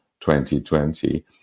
2020